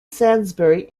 sainsbury